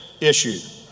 issue